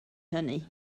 hynny